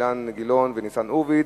אילן גילאון וניצן הורוביץ,